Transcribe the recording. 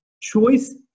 choice